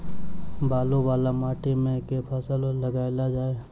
बालू वला माटि मे केँ फसल लगाएल जाए?